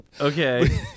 Okay